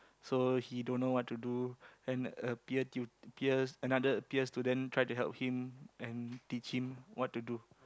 so he don't know what to do and a peer tut~ peer another peer student try to help him and teach him what to do